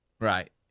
Right